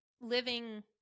living